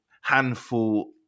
handful